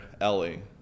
Ellie